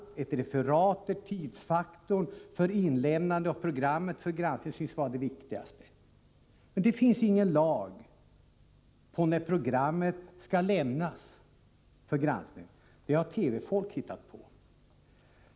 Det är ett referat, där tidsfaktorn för inlämnande av programmet för granskning synes vara det viktigaste. Men det finns ingen lag om när ett program skall lämnas för granskning. Det har TV-folk hittat på.